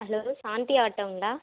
hello Shanthi ஆட்டோங்களா